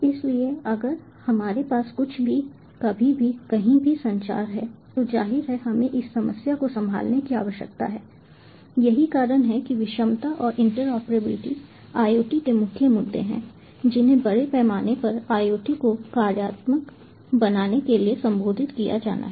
इसलिए अगर हमारे पास कुछ भी कभी भी कहीं भी संचार है तो जाहिर है हमें इस समस्या को संभालने की आवश्यकता है यही कारण है कि विषमता और इंटरऑपरेबिलिटी IoT के मुख्य मुद्दे हैं जिन्हें बड़े पैमाने पर IoT को कार्यात्मक बनाने से पहले संबोधित किया जाना है